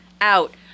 out